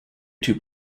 two